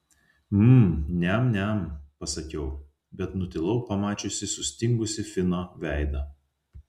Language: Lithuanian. mm niam niam pasakiau bet nutilau pamačiusi sustingusį fino veidą